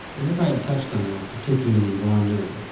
as if i had touched on a particularly raw nerve.